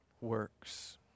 works